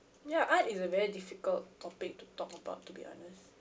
ya art is a very difficult topic to talk about to be honest